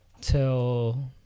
till